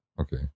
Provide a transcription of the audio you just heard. Okay